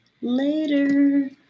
Later